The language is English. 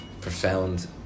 profound